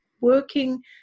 working